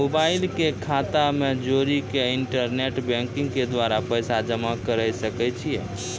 Mobile के खाता से जोड़ी के इंटरनेट बैंकिंग के द्वारा पैसा जमा करे सकय छियै?